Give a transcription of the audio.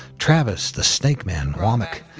travis the snake man womack,